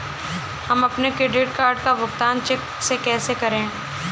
हम अपने credit card का भुगतान चेक से कैसे करें?